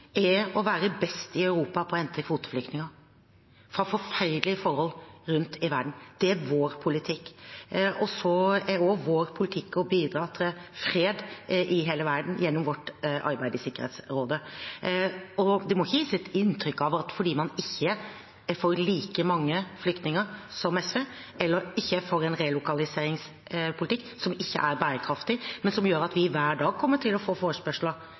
er å være best i Europa på å hente kvoteflyktninger fra forferdelige forhold rundt i verden. Det er vår politikk. Så er vår politikk også å bidra til fred i hele verden gjennom vårt arbeid i Sikkerhetsrådet. Det må ikke gis et inntrykk av noe fordi man ikke er for like mange flyktninger som SV, eller ikke er for en relokaliseringspolitikk som ikke er bærekraftig, men som gjør at vi hver dag kommer til å få forespørsler